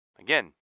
again